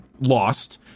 lost